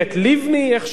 לא יעזור.